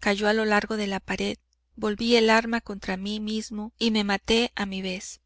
cayó a lo largo de la pared volví el arma contra mí mismo y me maté a mi vez